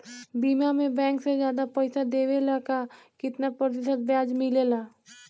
बीमा में बैंक से ज्यादा पइसा देवेला का कितना प्रतिशत ब्याज मिलेला?